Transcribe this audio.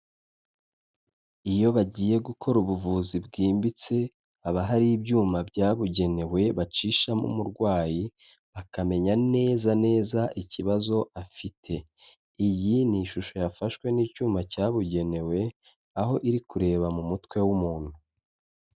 Iyo bagiye gukora ubuvuzi bwimbitse, haba hari ibyuma byabugenewe bacishamo umurwayi akamenya neza neza ikibazo afite, iyi ni ishusho yafashwe n'icyuma cyabugenewe aho iri kureba mu mutwe w'umuntu.